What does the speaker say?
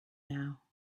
now